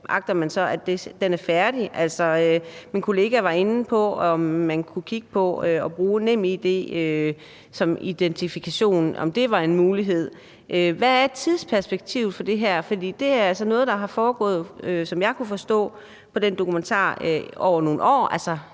muligheder er færdig. Min kollega var inde på, om man kunne kigge på at bruge NemID som identifikation, altså om det var en mulighed. Hvad er tidsperspektivet for det her? For det er altså noget, som jeg kunne forstå på den dokumentar har foregået